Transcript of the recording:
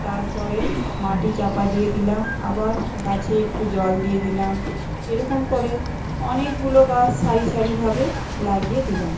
তারপরে মাটি চাপা দিয়ে দিলাম আবার গাছে একটু জল দিয়ে দিলাম এরকম করে অনেকগুলো গাছ সারি সারিভাবে লাগিয়ে দিলাম